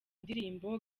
indirimbo